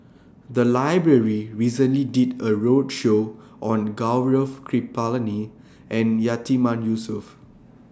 The Library recently did A roadshow on Gaurav Kripalani and Yatiman Yusof